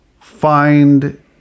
find